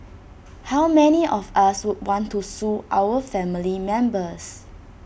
how many of us would want to sue our family members